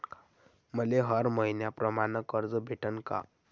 मले हर मईन्याप्रमाणं कर्ज भेटन का?